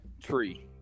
tree